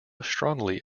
strongly